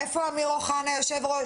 איפה אמיר אוחנה יושב הראש,